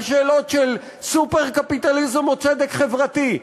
על שאלות של סופר-קפיטליזם או צדק חברתי,